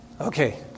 Okay